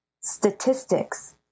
statistics